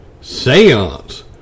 Seance